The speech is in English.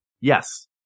Yes